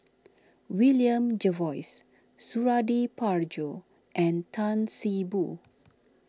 William Jervois Suradi Parjo and Tan See Boo